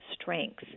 strengths